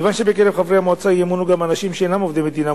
כיוון שבקרב חברי המועצה ימונו גם אנשים שאינם עובדי המדינה,